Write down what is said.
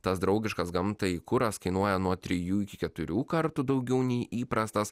tas draugiškas gamtai kuras kainuoja nuo trijų iki keturių kartų daugiau nei įprastas